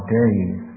days